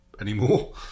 anymore